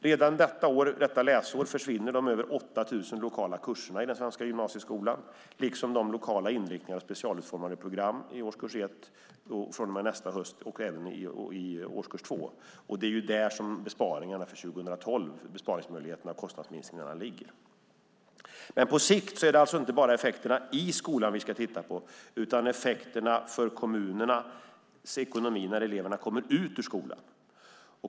Redan detta läsår försvinner de över 8 000 lokala kurserna i den svenska gymnasieskolan liksom de lokala inriktningarna och specialutformade programmen i årskurs 1, och från och med nästa höst även i årskurs 2. Det är där besparingsmöjligheterna och kostnadsminskningarna för 2012 ligger. Men på sikt är det alltså inte bara effekterna i skolan vi ska titta på utan effekterna för kommunernas ekonomi när eleverna kommer ut ur skolan.